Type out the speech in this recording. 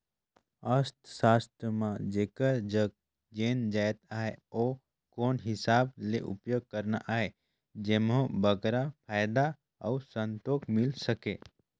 अर्थसास्त्र म जेकर जग जेन जाएत अहे ओला कोन हिसाब ले उपयोग करना अहे जेम्हो बगरा फयदा अउ संतोक मिल सके